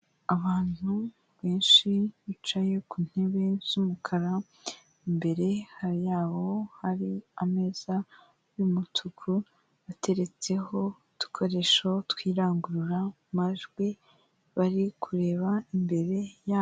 Abantu benshi bicaye ku ntebe z'umukara, imbere yabo hari ameza y'umutuku ateretseho udukoresho tw'irangururamajwi bari kureba imbere yabo.